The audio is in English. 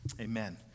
Amen